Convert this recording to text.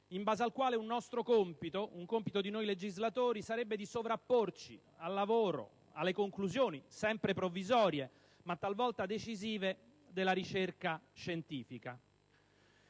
in base alla quale uno dei compiti di noi legislatori sarebbe di sovrapporci al lavoro, alle conclusioni - sempre provvisorie, ma talvolta decisive - della ricerca scientifica.